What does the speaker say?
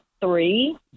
three